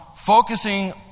focusing